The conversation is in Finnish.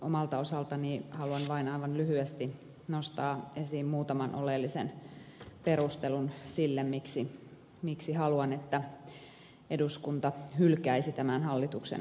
omalta osaltani haluan vain aivan lyhyesti nostaa esiin muutaman oleellisen perustelun sille miksi haluan että eduskunta hylkäisi tämän hallituksen esityksen